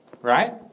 Right